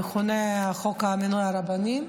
המכונה חוק מינוי הרבנים.